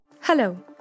Hello